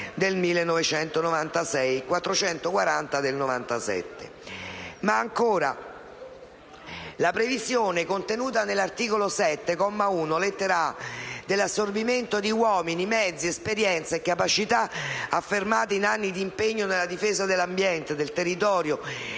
del 1996 e n. 440 del 1997). La previsione, contenuta nell'articolo 7, comma 1, lettera *a*), dell'assorbimento di uomini, mezzi, esperienze e capacità affermate in anni di impegno nella difesa dell'ambiente, del territorio